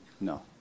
No